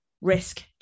risk